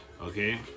okay